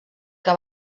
que